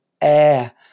air